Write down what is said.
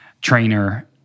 trainer